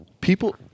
People